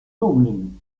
dublín